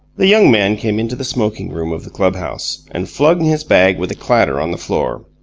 the young man came into the smoking-room of the clubhouse, and flung his bag with a clatter on the floor.